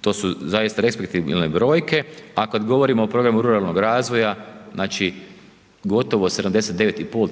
To su zaista respektabilne brojke, a kad govorimo o programu ruralnog razvoja, znači, gotovo 79 i pol